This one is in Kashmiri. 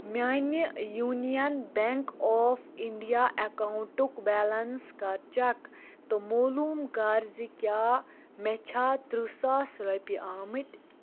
میٛانہِ یوٗنیَن بٮ۪نٛک آف اِنٛڈیا اٮ۪کاونٹُک بیلنس کَر چیک تہٕ مولوٗم کَر زِ کیٛاہ مےٚ چھا تٕرٛہ ساس رۄپیہِ آمٕتۍ